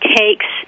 takes